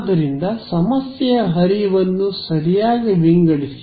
ಆದ್ದರಿಂದ ಸಮಸ್ಯೆಯ ಹರಿವನ್ನು ಸರಿಯಾಗಿ ವಿಂಗಡಿಸಿ